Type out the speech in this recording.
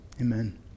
Amen